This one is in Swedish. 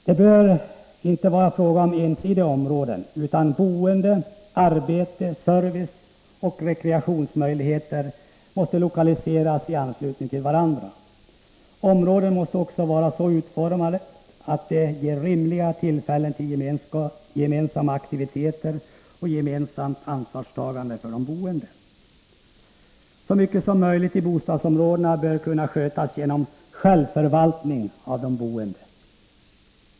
Det bör inte vara fråga om ensidigt utformade områden, utan boende, arbete, service och rekreationsmöjligheter måste vara så utformade att de ger de boende rimliga möjligheter till gemensamma aktiviteter och gemensamt ansvarstagande. Så mycket som möjligt i bostadsområdena bör kunna skötas genom självförvaltning av de boende.